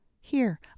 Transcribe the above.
Here